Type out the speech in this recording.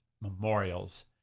memorials